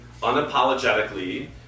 unapologetically